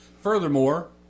furthermore